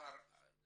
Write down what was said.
מאוחר יותר לצוות,